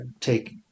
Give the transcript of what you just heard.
take